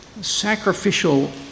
sacrificial